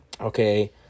Okay